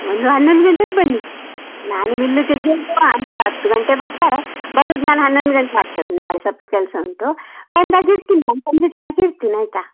ಒಂದು ಹನ್ನೊಂದು ಗಂಟೆಗೆ ಬನ್ನಿ ನಾನು ಮಿಲ್ಲು ತೆಗೆಯೋದು ಅಂದರೆ ಹತ್ತು ಗಂಟೆಗೆ ಬರ್ತಾರೆ ಬರುದು ನಾನು ಹನ್ನೊಂದು ಗಂಟೆ ಆಗ್ತದೆ ನಾಳೆ ಸ್ವಲ್ಪ ಕೆಲಸ ಉಂಟು ಬಂದಾಗ ಇರ್ತಿನಿ ನಾನು ಸಂಜೆ ತನಕ ಇರ್ತಿನಿ ಆಯಿತಾ